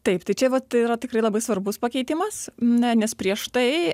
taip tai čia vat tai yra tikrai labai svarbus pakeitimas ne nes prieš tai